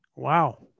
Wow